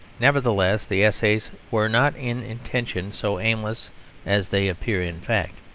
nevertheless the essays were not in intention so aimless as they appear in fact.